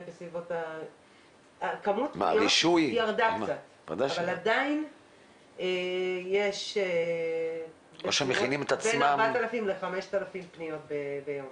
הכמות ירדה קצת אבל עדיין יש בין 4,000 ל-5,000 פניות ביום.